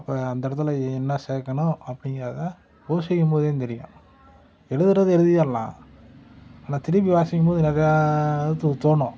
அப்போ அந்த இடத்துல என்ன சேர்க்கணும் அப்படிங்கிறத யோசிக்கும் போது தான் தெரியும் எழுதுகிறது எழுதிடலாம் ஆனால் திரும்பி வாசிக்கும் போது எதாவது தோணும்